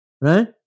right